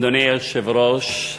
אדוני היושב-ראש,